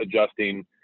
adjusting